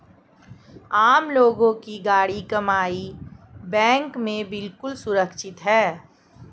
आम लोगों की गाढ़ी कमाई बैंक में बिल्कुल सुरक्षित है